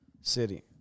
city